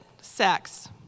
sex